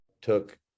took